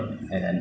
uh